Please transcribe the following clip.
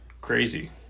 crazy